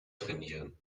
trainieren